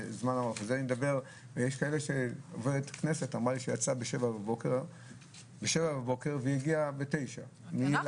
יש עובדת כנסת שאמרה לי שהיא יצאה מהבית בשבע בבוקר והגיעה בתשע לעבודה.